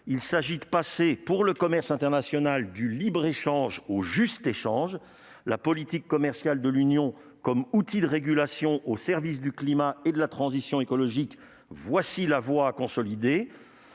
de faire passer le commerce international du libre-échange au juste échange. La politique commerciale de l'Union comme outil de régulation au service du climat et de la transition écologique, voilà la voie à consolider.